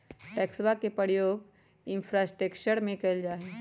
टैक्सवा के प्रयोग इंफ्रास्ट्रक्टर में कइल जाहई